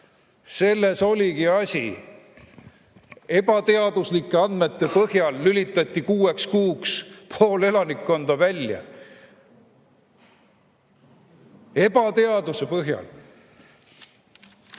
Selles oligi asi. Ebateaduslike andmete põhjal lülitati kuueks kuuks pool elanikkonda välja. Ebateaduse põhjal!